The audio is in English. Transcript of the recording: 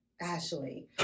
Ashley